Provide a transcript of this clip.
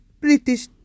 British